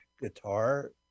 guitar